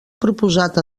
proposat